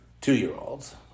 two-year-olds